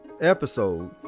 episode